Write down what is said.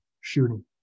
shooting